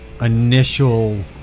initial